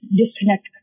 disconnect